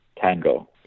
tango